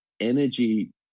energy